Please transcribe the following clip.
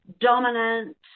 dominant